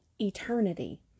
eternity